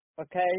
Okay